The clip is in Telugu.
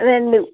రెండు